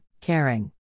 caring